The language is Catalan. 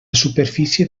superfície